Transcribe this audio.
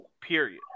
period